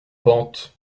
pente